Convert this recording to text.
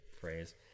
phrase